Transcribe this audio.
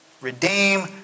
redeem